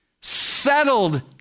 settled